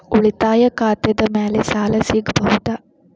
ಉಳಿತಾಯ ಖಾತೆದ ಮ್ಯಾಲೆ ಸಾಲ ಸಿಗಬಹುದಾ?